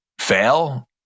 fail